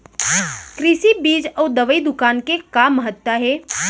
कृषि बीज अउ दवई दुकान के का महत्ता हे?